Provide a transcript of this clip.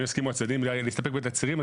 אם יסכימו הצדדים להסתפק בתצהירים,